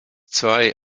zwei